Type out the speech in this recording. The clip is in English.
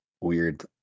weird